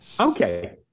Okay